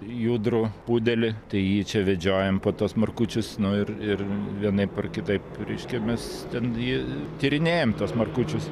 judrų pudelį tai jį čia vedžiojam po tuos markučius nu ir ir vienaip ar kitaip reiškia mes ten jį tyrinėjam tuos markučius